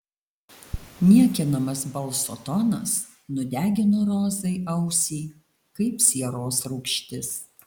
niekinamas balso tonas nudegino rozai ausį kaip sieros rūgštis